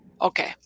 Okay